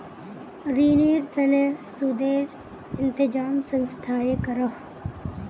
रिनेर तने सुदेर इंतज़ाम संस्थाए करोह